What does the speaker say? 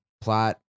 plot